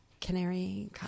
Canary